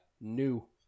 new